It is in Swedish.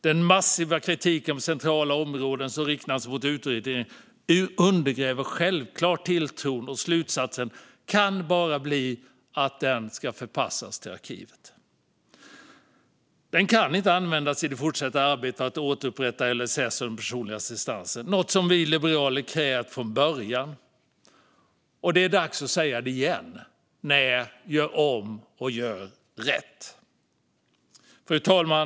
Den massiva kritik på centrala områden som riktas mot utredningen undergräver självklart tilltron, och slutsatsen kan bara bli att den ska förpassas till arkivet. Den kan inte användas i det fortsatta arbetet för att återupprätta LSS och den personliga assistansen, något som vi liberaler krävt från början. Det är dags att säga det igen: Nej, gör om och gör rätt! Fru talman!